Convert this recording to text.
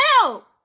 help